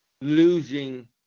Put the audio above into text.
losing